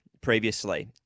previously